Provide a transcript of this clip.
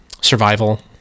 survival